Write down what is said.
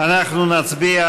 אנחנו נצביע